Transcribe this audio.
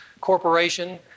Corporation